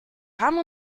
haben